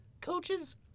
coaches